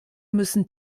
müssen